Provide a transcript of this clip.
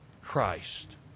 Christ